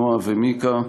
נועה ומיקה,